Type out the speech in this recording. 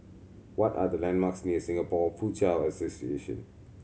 what are the landmarks near Singapore Foochow Association